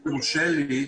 אם יורשה לי,